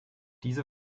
diese